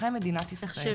אזרחי מדינת ישראל.